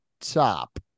top